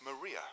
Maria